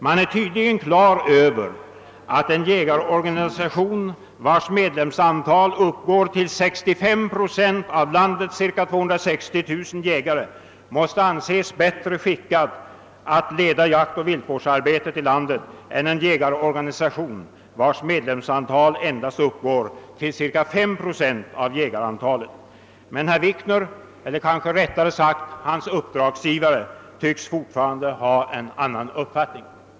Man har tydligen klart för sig att en jägarorganisation, vars medlemsantal uppgår till cirka 65 procent av landets 260 000 jägare måste anses bättre skickad att leda jaktoch viltvårdsarbetet än en jägarorganisation, vars medlemsantal endast uppgår till cirka 5 procent av jägarantalet. Men herr Wikner, eller kanske rättare sagt hans uppdragsgivare, tycks fortfarande ha en annan uppfattning.